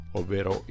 ovvero